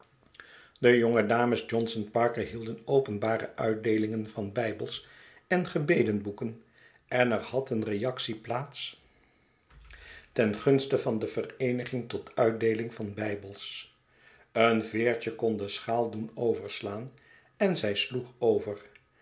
de jonge dames johnson parker hielden openbare uitdeelingen van bijbels en gebedenboeken en er had een reactie plaats ten gunste van de vereeniging tot uitdeeling van bijbels een veertje kon de schaal doen overslaan en zij sloeg over